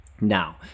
Now